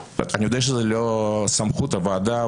אני יודע שזה לא בסמכות הוועדה,